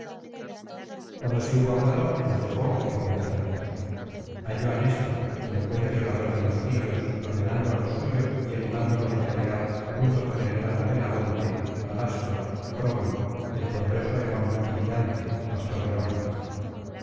cuando así hubo hablado los dejó y fué hacia otros halló á néstor elocuente orador de los pillos ordenando á los suyos y animándolos á pelear junto con el gran pelagonte alástor cromio el poderoso hemón y biante pastor de hombres